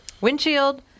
windshield